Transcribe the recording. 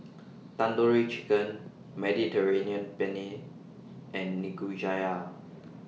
Tandoori Chicken Mediterranean Penne and Nikujaga